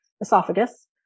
esophagus